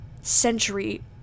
century